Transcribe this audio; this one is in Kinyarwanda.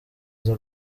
aza